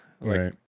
right